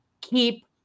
keep